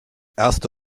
erste